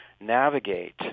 navigate